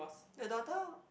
the doctor